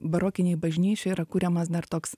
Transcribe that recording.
barokinėj bažnyčioj yra kuriamas dar toks